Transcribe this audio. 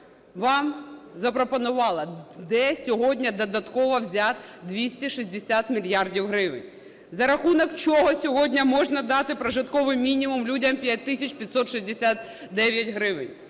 вам запропонувала, де сьогодні додатково взяти 260 мільярдів гривень, за рахунок чого сьогодні можна дати прожитковий мінімум людям 5 тисяч 569 гривень,